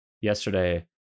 yesterday